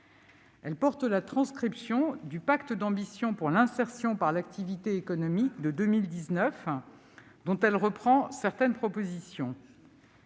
Elle porte la transcription du Pacte d'ambition pour l'insertion par l'activité économique de 2019, dont elle reprend certaines propositions.